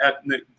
ethnic